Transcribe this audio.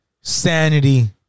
Sanity